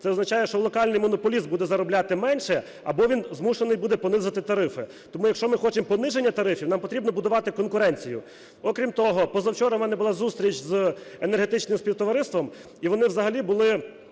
Це означає, що локальний монополіст буде заробляти менше або він змушений буде понизити тарифи. Тому якщо ми хочемо пониження тарифів, нам треба будувати конкуренцію. Окрім того, позавчора у мене була зустріч з Енергетичним Співтовариством, і вони взагалі були